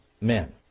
men